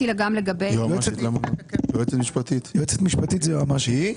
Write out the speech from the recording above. יועצת משפטית זה יועמ"שית.